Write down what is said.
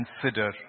Consider